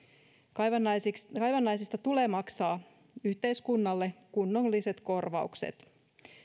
kaivannaisista kaivannaisista tulee maksaa yhteiskunnalle kunnolliset korvaukset